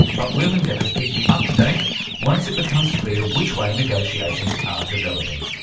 but we'll endeavour to keep you up to date once it becomes clear which way negotiations are developing.